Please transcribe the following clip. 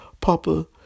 Papa